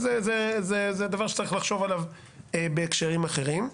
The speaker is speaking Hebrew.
זהו דבר שצריך לחשוב עליו בהקשרים אחרים.